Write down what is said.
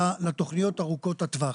לתוכניות ארוכות הטווח.